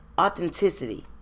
Authenticity